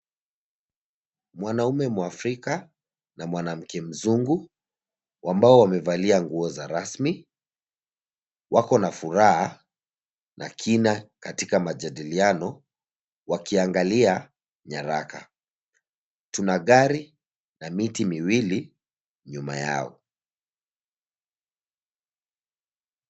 Mwanaume mwafrika na mwanamke mzungu ambao wamevalia nguo za rasmi, wako na furaha na kina katika majadiliano wakiangalia nyaraka. Tuna gari na miti miwili nyuma yao.